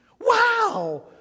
Wow